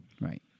Right